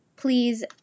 please